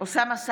אוסאמה סעדי,